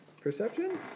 perception